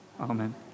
Amen